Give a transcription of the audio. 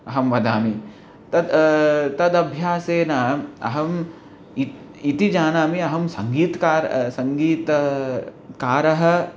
अहं वदामि तत् तदभ्यासेन अहम् इति इति जानामि अहं सङ्गीतं कार् सङ्गीतकारः